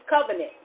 covenant